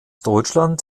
deutschland